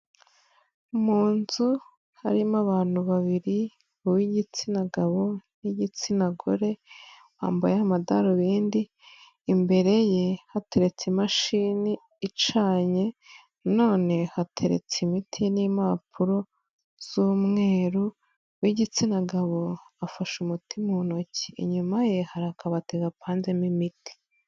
Mu nzu harimo abantu babiri, uw'igitsina gabo n'uw'igitsina gore wambaye amadarubindi, imbere ye hateretse imashini icanye na none hateretse imiti n'impapuro z'umweru w'igitsina gabo afasheti mu ntoki, inyuma ye hari akabati gapanzemo imiti.